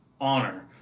honor